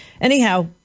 Anyhow